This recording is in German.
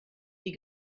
die